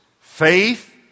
Faith